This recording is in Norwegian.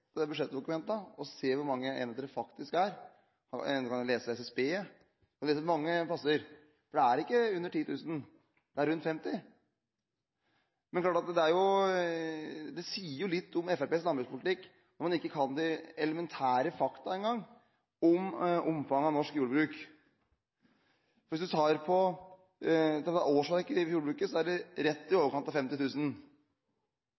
hvor mange enheter det faktisk er – eller han kan lese det hos SSB eller mange andre plasser. Det er ikke under 10 000, det er rundt 50 000. Men det er klart at det sier litt om Fremskrittspartiets landbrukspolitikk når man ikke engang kan de elementære faktaene om omfanget av norsk jordbruk. Hvis man ser på årsverk i jordbruket, er det rett i